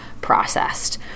processed